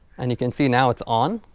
and you can see now it's on.